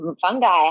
fungi